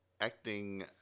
acting